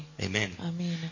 Amen